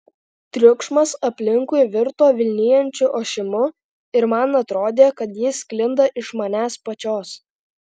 triukšmas aplinkui virto vilnijančiu ošimu ir man atrodė kad jis sklinda iš manęs pačios